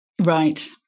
Right